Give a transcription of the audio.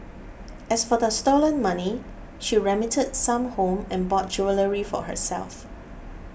as for the stolen money she remitted some home and bought jewellery for herself